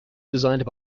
designed